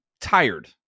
tired